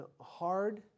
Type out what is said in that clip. hard